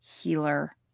healer